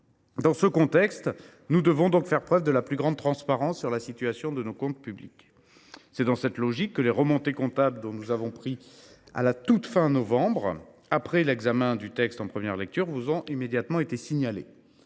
Dans ce contexte, nous devons faire preuve de la plus grande transparence sur la situation de nos comptes publics. C’est dans cette logique que les remontées comptables dont nous avons pris connaissance à la toute fin du mois de novembre, après l’examen du texte en première lecture, vous ont été immédiatement signalées.